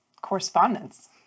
Correspondence